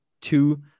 two